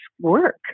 work